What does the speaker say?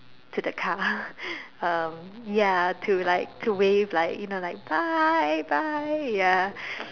to the car um ya to like to wave like you know like bye bye ya